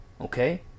Okay